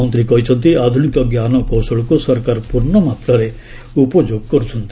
ମନ୍ତ୍ରୀ କହିଛନ୍ତି ଆଧୁନିକ ଜ୍ଞାନକୌଶଳକୁ ସରକାର ପ୍ରର୍ଣ୍ଣମାତ୍ରାରେ ଉପଯୋଗ କର୍ତ୍ଛନ୍ତି